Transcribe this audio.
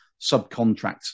subcontract